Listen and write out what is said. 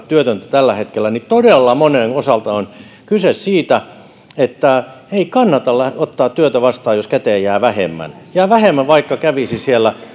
työtöntä tällä hetkellä niin todella monen osalta on kyse siitä ettei kannata ottaa työtä vastaan jos käteen jää vähemmän jää vähemmän vaikka kävisi siellä